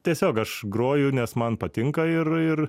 tiesiog aš groju nes man patinka ir ir